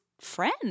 friend